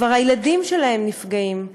כבר הילדים שלהם נפגעים.